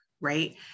right